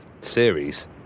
series